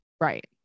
Right